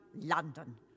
London